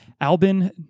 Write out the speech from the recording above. Albin